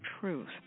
truth